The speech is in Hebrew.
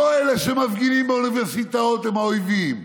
לא אלה שמפגינים באוניברסיטאות הם האויבים,